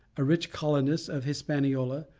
a rich colonist of hispaniola,